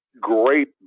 great